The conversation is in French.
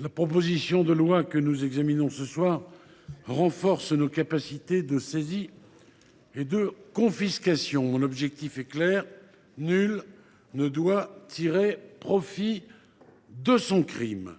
La proposition de loi que nous examinons ce soir vise à renforcer nos capacités de saisies et de confiscations. Son objectif est clair : nul ne doit tirer profit de son crime.